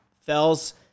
Fells